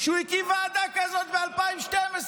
שהוא הקים ועדה כזאת ב-2012,